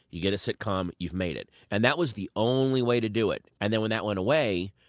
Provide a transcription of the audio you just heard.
you get a sitcom, you've made it. and that was the only way to do it. and then when that went away,